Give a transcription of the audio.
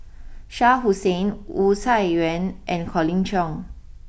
Shah Hussain Wu Tsai Yen and Colin Cheong